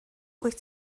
wyt